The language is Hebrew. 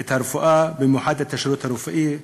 את הרפואה, במיוחד את השירות הרפואי,